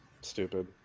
stupid